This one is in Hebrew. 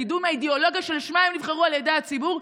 לקידום האידיאולוגיה שלשמה הם נבחרו על ידי הציבור,